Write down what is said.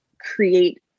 create